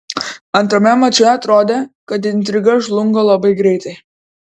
antrame mače atrodė kad intriga žlunga labai greitai